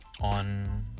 On